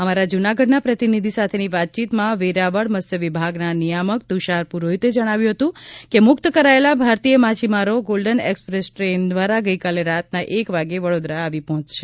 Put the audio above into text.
અમારા જૂનાગઢના પ્રતિનિધિ સાથેની વાતચીતમાં વેરાવળ મત્સ્યવિભાગના નિયામક તુષાર પુરોહિતે જણાવ્યું હતું કે મુક્ત કરાયેલ ભારતીય માછીમારો ગોલ્ડન એકસપ્રેસ ટ્રેન દ્વારા ગઈકાલે રાતના એક વાગ્યે વડોદરા આવી પહોંચશે